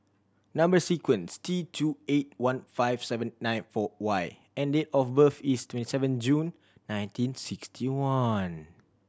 number sequence T two eight one five seven nine four Y and date of birth is twenty seven June nineteen sixty one